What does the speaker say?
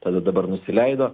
tada dabar nusileido